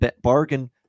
bargain